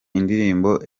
indirimbo